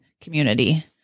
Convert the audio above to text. community